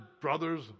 brothers